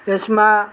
यसमा